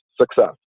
success